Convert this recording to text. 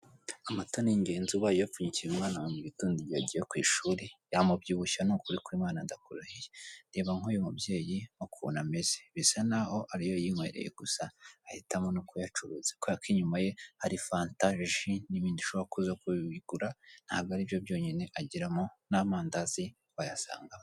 Amata ni ingenzi ubaye uyapfunyikiye umwana ,mu gitondo iyo agiye ku ishuri yamubyibushye ni ukuri kw'lmana ndakurahiye! Reba nk'uyu mubyeyi ukuntu ameze bisa naho ariyo yinywereye gusa, ahitamo no kuyacuruza kubera ko inyuma ye hari fanta n'ibindi bishoboka ko wabigura ntabwo ari byo byonyine agiramo n'amandazi wayasanga.